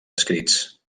escrits